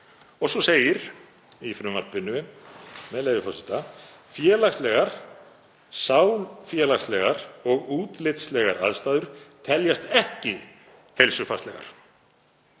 Svo segir í frumvarpinu, með leyfi forseta: „Félagslegar, sálfélagslegar og útlitslegar ástæður teljast ekki heilsufarslegar.“